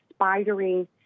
spidering